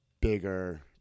bigger